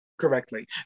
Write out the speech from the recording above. correctly